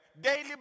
Daily